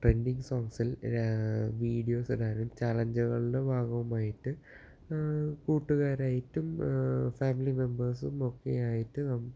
trending സോങ്സിൽ വീഡിയോസിടാനും ചലഞ്ചുകളുടെ ഭാഗവുമായിട്ട് കൂട്ടുകാരായിട്ടും ഫാമിലി മെമ്പേഴ്സും ഒക്കെ ആയിട്ടും